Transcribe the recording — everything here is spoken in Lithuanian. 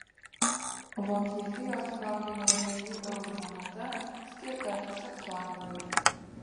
vokietijos proginė dviejų eurų moneta skirta saksonijai